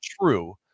true